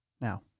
Now